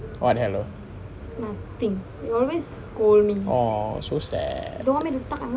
what hello !aww! so sad